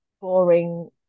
boring